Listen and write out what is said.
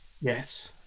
Yes